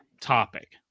topic